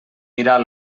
mirar